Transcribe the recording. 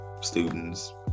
students